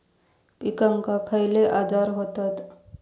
पिकांक खयले आजार व्हतत?